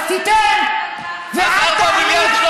אז תיתן ואל תוריד,